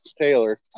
Taylor